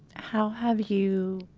how have you.